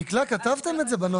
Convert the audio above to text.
דקלה, כתבתם את זה בנוסח.